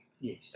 yes